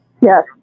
Yes